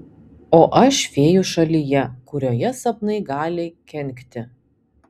o aš fėjų šalyje kurioje sapnai gali kenkti